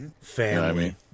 family